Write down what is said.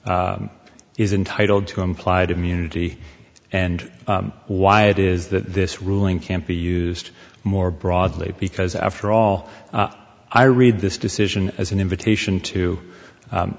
is entitled to implied immunity and why it is that this ruling can't be used more broadly because after all i read this decision as an invitation to